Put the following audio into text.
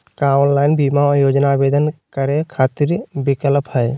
का ऑनलाइन बीमा योजना आवेदन करै खातिर विक्लप हई?